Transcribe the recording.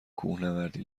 کوهنوردی